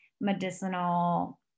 medicinal